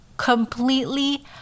completely